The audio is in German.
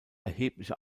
erhebliche